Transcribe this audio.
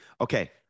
okay